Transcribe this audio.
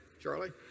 Charlie